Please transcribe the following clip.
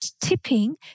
tipping